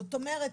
זאת אומרת,